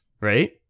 right